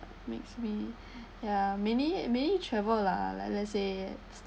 makes me yeah mainly mainly travel lah like that let's say